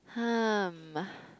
um